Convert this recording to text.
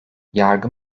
yargı